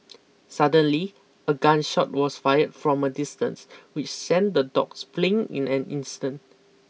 suddenly a gun shot was fired from a distance which sent the dogs fleeing in an instant